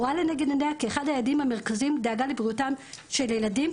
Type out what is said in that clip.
רואה לנגד עיננו כאחד היעדים המרכזיים דאגה לבריאותם של ילדים,